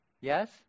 Yes